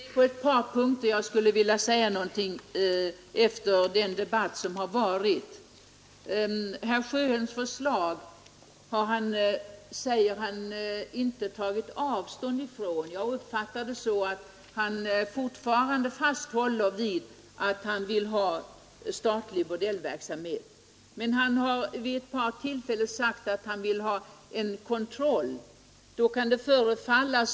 Herr talman! Efter den debatt som har förts skulle jag vilja säga några ord på ett par punkter. Herr Sjöholm säger att han inte har tagit avstånd från sitt förslag. Jag uppfattar det som om han fortfarande håller fast vid förslaget om statlig bordellverksamhet, men han har vid ett par tillfällen sagt att han endast vill ha kontroll.